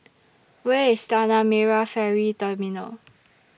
Where IS Tanah Merah Ferry Terminal